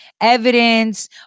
evidence